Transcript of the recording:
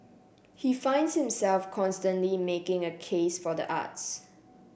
he finds himself constantly making a case for the arts